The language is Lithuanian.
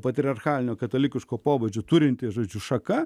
patriarchalinio katalikiško pobūdžio turinti žodžiu šaka